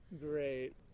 Great